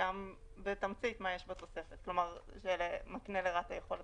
ומה יש בתוספת שמקנה לרת"א יכולת